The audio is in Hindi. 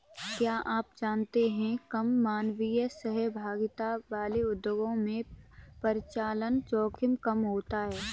क्या आप जानते है कम मानवीय सहभागिता वाले उद्योगों में परिचालन जोखिम कम होता है?